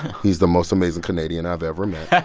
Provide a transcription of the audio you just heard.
he's the most amazing canadian i've ever met